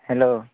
hello